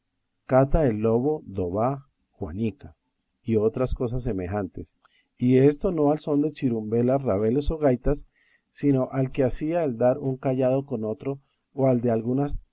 cata el lobo dó va juanica y otras cosas semejantes y esto no al son de chirumbelas rabeles o gaitas sino al que hacía el dar un cayado con otro o al de algunas